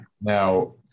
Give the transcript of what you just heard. now